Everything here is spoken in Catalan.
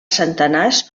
centenars